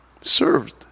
served